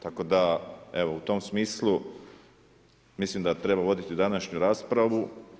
Tako da evo u tom smislu mislim da treba voditi današnju raspravu.